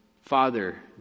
Father